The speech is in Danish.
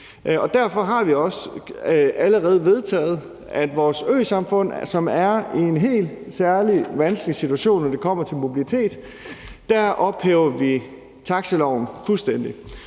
Derfor har vi også allerede vedtaget, at for vores øsamfund, som er i en helt særlig vanskelig situation, når det kommer til mobilitet, ophæver vi taxiloven fuldstændig.